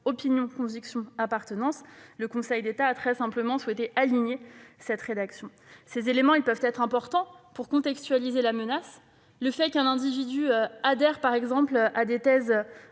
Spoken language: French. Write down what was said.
opinions »,« convictions » et « appartenance », le Conseil d'État a tout simplement souhaité s'aligner sur cette rédaction. Ces éléments peuvent être importants pour contextualiser la menace. Savoir qu'un individu adhère, par exemple, à des thèses